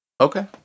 Okay